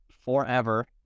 forever